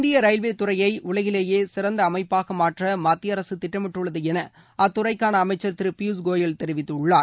இந்திய ரயில்வே துறையை உலகிலேயே சிறந்த அமைப்பாக மாற்ற மத்திய அரசு திட்டமிட்டுள்ளது என அத்துறைக்கான அமைச்சர் திரு பியூஷ் கோயல் தெரிவித்துள்ளார்